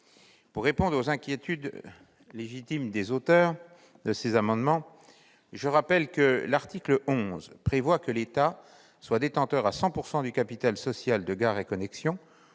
Pour répondre aux inquiétudes légitimes des auteurs de ces amendements, je rappellerai que l'article 11 prévoit que l'État soit détenteur de 100 % du capital social de Gares & Connexions